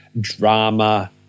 drama